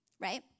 right